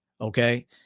okay